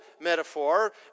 metaphor